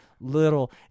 little